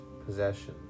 Possession